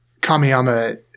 Kamiyama